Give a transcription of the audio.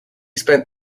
spent